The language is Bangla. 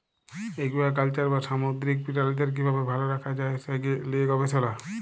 একুয়াকালচার বা সামুদ্দিরিক পিরালিদের কিভাবে ভাল রাখা যায় সে লিয়ে গবেসলা